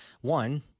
one